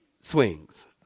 swings